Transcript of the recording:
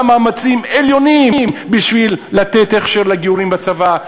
מאמצים עליונים כדי לתת הכשר לגיורים בצבא.